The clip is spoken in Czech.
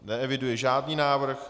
Neeviduji žádný návrh.